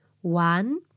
One